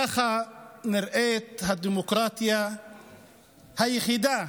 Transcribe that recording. ככה נראית הדמוקרטיה היחידה